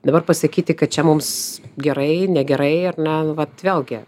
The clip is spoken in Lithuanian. dabar pasakyti kad čia mums gerai negerai ar ne nu vat vėlgi